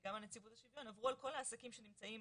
גם נציבות השלטון, עברו על כל העסקים שנמצאים